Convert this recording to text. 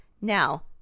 Now